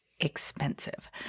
expensive